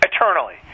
Eternally